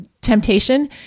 temptation